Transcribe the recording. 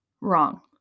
Wrong